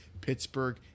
pittsburgh